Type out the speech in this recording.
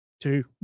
two